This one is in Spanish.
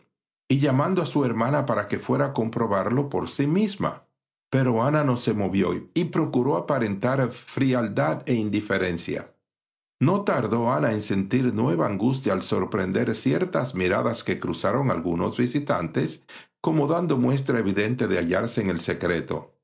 y llamando a su hermana para que fuera a comprobarlo por sí misma pero ana no se movió y procuró aparentar frialdad e indiferencia no tardó ana en sentir nueva angustia al sorprender ciertas miradas que cruzaron algunos visitantes como dando muestra evidente de hallarse en el secreto